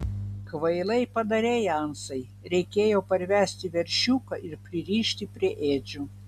kvailai padarei ansai reikėjo parvesti veršiuką ir pririšti prie ėdžių